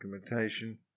documentation